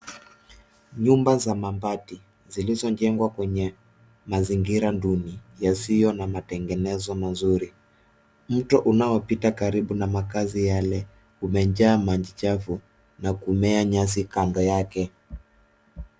Nyumba za mabati, zilizojengwa kwenye mazingira duni, yasiyo na matengenezo mazuri. Mto unaopita karibu na makazi yale umejaa maji chafu, na kumea nyasi kando yake.